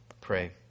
pray